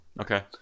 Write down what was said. Okay